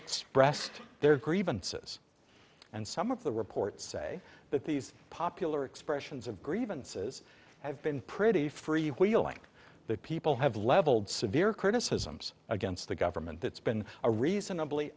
expressed their grievances and some of the reports say that these popular expressions of grievances have been pretty free wheeling that people have levelled severe criticisms against the government that's been a reasonably